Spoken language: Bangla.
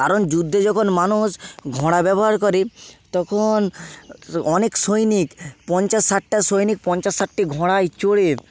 কারণ যুদ্ধে যখন মানুষ ঘোড়া ব্যবহার করে তখন অনেক সৈনিক পঞ্চাশ ষাটটা সৈনিক পঞ্চাশ ষাটটি ঘোড়ায় চড়ে